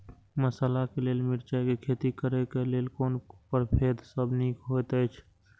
मसाला के लेल मिरचाई के खेती करे क लेल कोन परभेद सब निक होयत अछि?